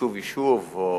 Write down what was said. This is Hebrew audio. יישוב-יישוב או